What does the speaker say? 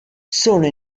sono